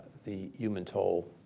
the human toll